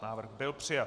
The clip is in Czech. Návrh byl přijat.